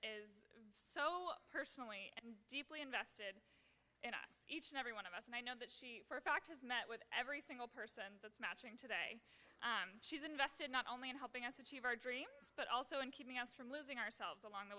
is so personally deeply invested in us each and every one of us and i know that she for a fact has met with every single per that's matching today she's invested not only in helping us achieve our dreams but also in keeping us from losing ourselves along the